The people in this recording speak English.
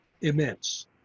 immense